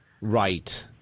Right